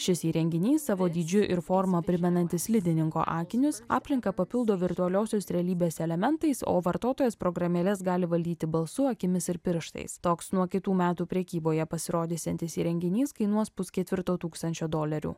šis įrenginys savo dydžiu ir forma primenantis slidininko akinius aplinką papildo virtualiosios realybės elementais o vartotojas programėles gali valdyti balsu akimis ir pirštais toks nuo kitų metų prekyboje pasirodysiantis įrenginys kainuos pusketvirto tūkstančio dolerių